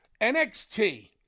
NXT